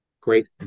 Great